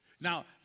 Now